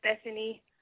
Stephanie